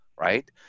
right